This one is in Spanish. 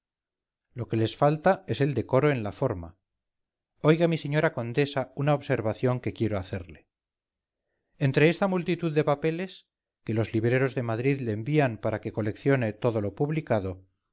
lo que les falta es el decoro en la forma oiga mi señora condesa una observación que quiero hacerle entre esta multitud de papeles que los libreros de madrid le envían para que coleccione todo lo publicado